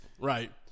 right